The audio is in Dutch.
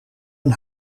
een